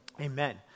Amen